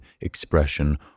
expression